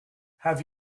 have